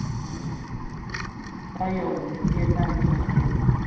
ꯑꯣ ꯀꯥꯏ ꯌꯧꯕꯤꯔꯒꯦ ꯀꯥꯏ ꯊꯨꯡꯉꯒꯦ